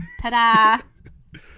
Ta-da